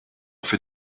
fait